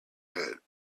head